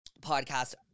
podcast